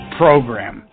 program